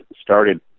started